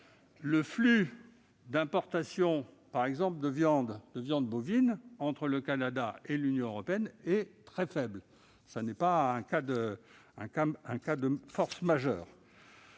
le flux d'importation de viande bovine entre le Canada et l'Union européenne est très faible. Ce n'est pas un cas de force majeure.